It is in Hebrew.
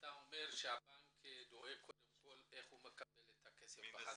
אתה אומר שהבנק דואג קודם כל איך הוא מקבל את הכסף בחזרה.